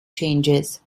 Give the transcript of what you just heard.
changes